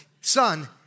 son